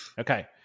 okay